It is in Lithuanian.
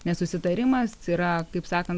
nes susitarimas yra kaip sakan